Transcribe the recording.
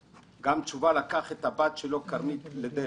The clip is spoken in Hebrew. תשובה לקח את הבת שלו כרמית ל"דלק",